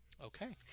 Okay